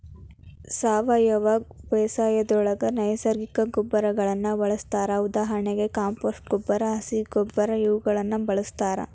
ಸಾವಯವ ಬೇಸಾಯದೊಳಗ ನೈಸರ್ಗಿಕ ಗೊಬ್ಬರಗಳನ್ನ ಬಳಸ್ತಾರ ಉದಾಹರಣೆಗೆ ಕಾಂಪೋಸ್ಟ್ ಗೊಬ್ಬರ, ಹಸಿರ ಗೊಬ್ಬರ ಇವುಗಳನ್ನ ಬಳಸ್ತಾರ